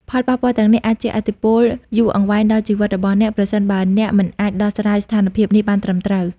ផលប៉ះពាល់ទាំងនេះអាចជះឥទ្ធិពលយូរអង្វែងដល់ជីវិតរបស់អ្នក ប្រសិនបើអ្នកមិនអាចដោះស្រាយស្ថានភាពនេះបានត្រឹមត្រូវ។